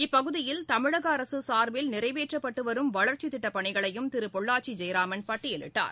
இப்பகுதியில் தமிழகஅரசுசார்பில் நிறைவேற்றப்பட்டுவரும் வளர்ச்சிதிட்டப் பணிகளையும் திருபொள்ளாச்சிஜெயராமன் பட்டியலிட்டார்